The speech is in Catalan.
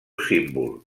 símbol